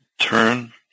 turn